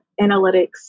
analytics